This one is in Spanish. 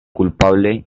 culpable